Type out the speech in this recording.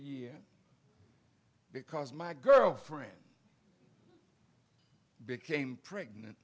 year because my girlfriend became pregnant